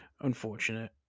Unfortunate